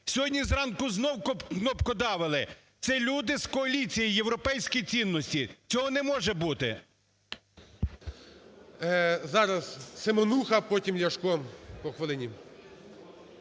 Сьогодні зразку знов кнопкодавили. Це люди з коаліції, європейські цінності. Цього не може бути. ГОЛОВУЮЧИЙ. Зараз – Семенуха. Потім – Ляшко. По хвилині.